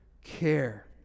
care